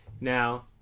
now